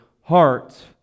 heart